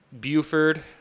Buford